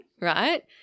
right